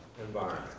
environment